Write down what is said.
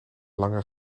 lange